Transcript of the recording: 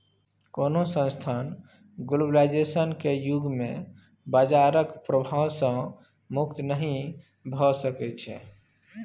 कोनो संस्थान ग्लोबलाइजेशन केर युग मे बजारक प्रभाव सँ मुक्त नहि भऽ सकै छै